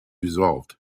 resolved